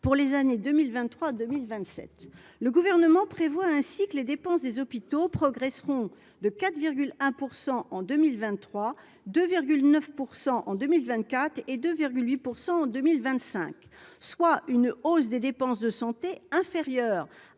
pour les années 2023 2027, le gouvernement prévoit ainsi que les dépenses des hôpitaux progresseront de 4 1 pour 100 en 2023, de 9 % en 2024 et de 8 % en 2025, soit une hausse des dépenses de santé inférieurs.